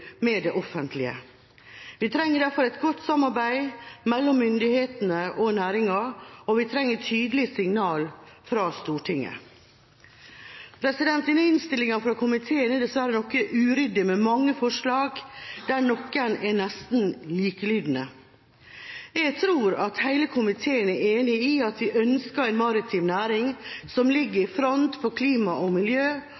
med det offentlige. Vi trenger derfor et godt samarbeid mellom myndighetene og næringen, og vi trenger tydelige signaler fra Stortinget. Denne innstillinga fra komiteen er dessverre noe uryddig, med mange forslag der noen er nesten likelydende. Jeg tror hele komiteen er enig i at vi ønsker en maritim næring som ligger